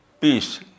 peace